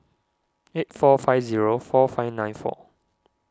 eight four five zero four five nine four